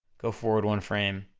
go forward one frame,